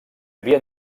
havia